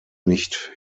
nicht